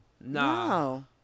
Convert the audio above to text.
No